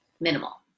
Minimal